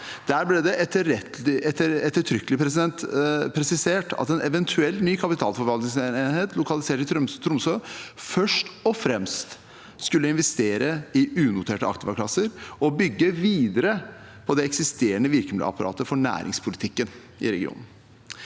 Der ble det ettertrykkelig presisert at en eventuell ny kapitalforvaltningsenhet lokalisert i Tromsø først og fremst skulle investere i unoterte aktivaklasser og bygge videre på det eksisterende virkemiddelapparatet for næringspolitikken i regionen.